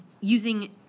using